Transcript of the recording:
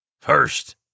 First